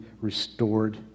restored